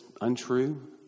untrue